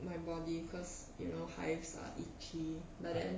my body cause you know hives are itchy but then